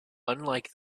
unlike